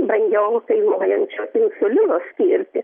brangiau kainuojančio insulino skirti